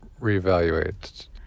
reevaluate